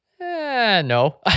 No